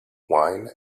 wine